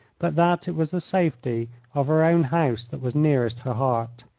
but that it was the safety of her own house that was nearest her heart.